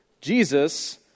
Jesus